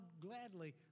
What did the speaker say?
gladly